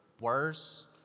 worse